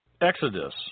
Exodus